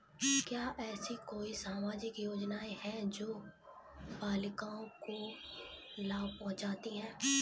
क्या ऐसी कोई सामाजिक योजनाएँ हैं जो बालिकाओं को लाभ पहुँचाती हैं?